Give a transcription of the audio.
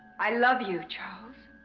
i love you charles